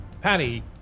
Patty